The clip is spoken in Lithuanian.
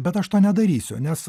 bet aš to nedarysiu nes